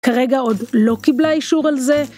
כרגע עוד לא קיבלה אישור על זה.